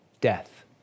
death